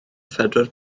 phedwar